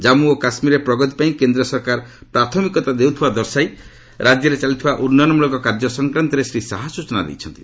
ଜନ୍ମୁ ଓ କାଶ୍ମୀରର ପ୍ରଗତି ପାଇଁ କେନ୍ଦ୍ର ସରକାର ପ୍ରାଥମିକତା ଦେଉଥିବା ଦର୍ଶାଇ ରାଜ୍ୟରେ ଚାଲିଥିବା ଉନ୍ନୟନମ୍ରଳକ କାର୍ଯ୍ୟ ସଂକ୍ରାନ୍ତରେ ଶ୍ରୀ ଶାହା ସ୍ବଚନା ଦେଇଛନ୍ତି